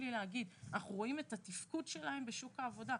אנחנו רואים את התפקוד שלהם בשוק העבודה.